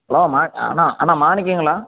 hello மா அண்ணா அண்ணா மாணிக்கங்களா